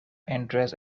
interests